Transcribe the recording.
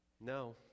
no